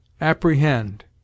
APPREHEND